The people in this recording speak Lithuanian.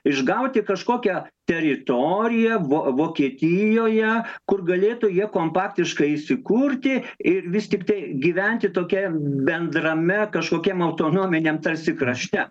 išgauti kažkokią teritoriją vokietijoje kur galėtų jie kompaktiškai įsikurti ir vis tiktai gyventi tokiam bendrame kažkokiam autonominiam tarsi krašte